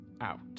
out